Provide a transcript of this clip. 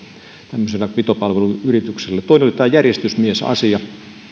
tämmöisessä pitopalveluyrityksessä toinen on järjestysmiesasia